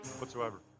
whatsoever